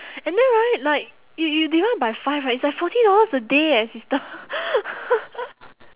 and then right like you you divide by five right it's like forty dollars a day eh sister